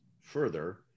further